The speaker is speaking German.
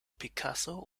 picasso